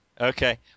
Okay